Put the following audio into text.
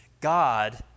God